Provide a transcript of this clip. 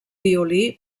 violí